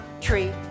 tree